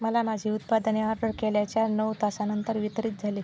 मला माझी उत्पादने ऑर्डर केल्याच्या नऊ तासानंतर वितरित झाली